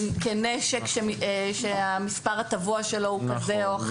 כנשק שהמספר שלו הטבוע הוא כזה או אחר.